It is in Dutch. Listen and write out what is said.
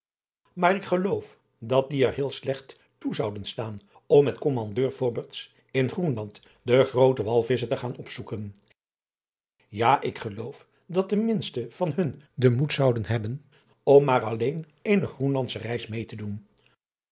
maar ik geloof dat die er heel slecht toe zouden staan om met kommandeur fobberts in groenland de groote walvissen te gaan opzoeken ja ik geloof dat de minste van hun den moed zouden hebben om maar alleen eene groenlandsche reis meê te doen